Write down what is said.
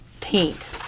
taint